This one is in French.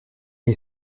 est